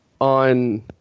on